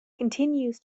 continues